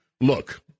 look